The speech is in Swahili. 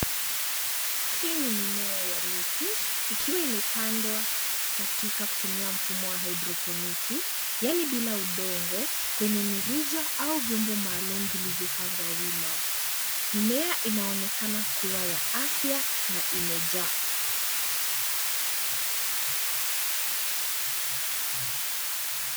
Hii ni mimea ya lettuce ikiwa imepandwa katika kutumia mfumo wa hydroponiki yaani bila udongo kwenye mirija au vyombo maalum vivyopangwa wima. Mimea inaonekana kuwa ya afya na imejaa.